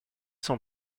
sont